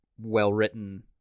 well-written